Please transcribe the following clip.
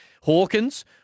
Hawkins